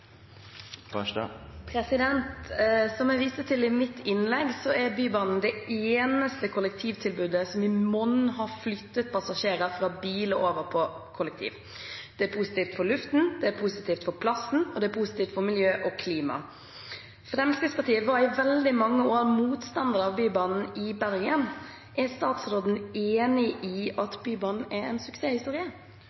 Bybanen det eneste kollektivtilbudet som i monn har flyttet passasjerer fra bil og over til kollektivtransport. Det er positivt for luften, det er positivt for plassen, og det er positivt for miljø og klima. Fremskrittspartiet var i veldig mange år motstandere av Bybanen i Bergen. Er statsråden enig i